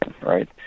right